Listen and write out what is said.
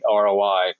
ROI